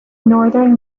northern